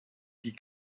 die